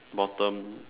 bottom